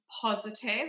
positive